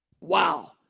wow